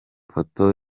foto